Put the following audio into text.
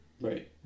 right